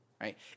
right